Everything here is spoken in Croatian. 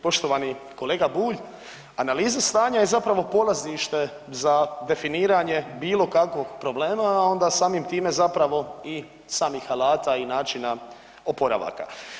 Poštovani kolega Bulj, analiza stanja je zapravo polazište za definiranje bilo kakvog problema, a onda samim time zapravo i samih alata i načina oporavaka.